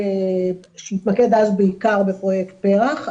שהתמקד אז בעיקר בפרויקט פר"ח.